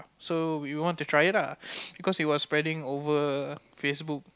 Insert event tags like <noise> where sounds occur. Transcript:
so we want to try it lah <noise> cause it was spreading over Facebook